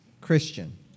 Christian